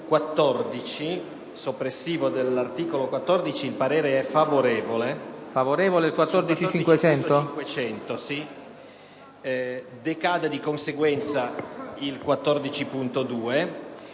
il parere è favorevole.